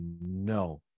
no